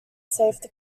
safety